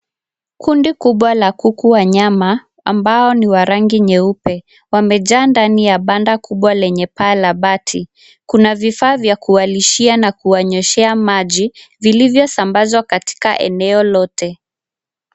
Kundi kubwa la kuku wa nyama ambao ni wa rangi nyeupe, wamejaa ndani ya banda kubwa lenye paa la bati, kuna vifaa vya kuwalishia na kuwanyweshea maji vilivyo sambazwa katika eneo lote.